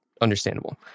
understandable